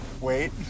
wait